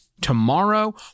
Tomorrow